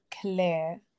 clear